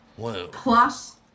Plus